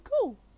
Cool